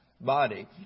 body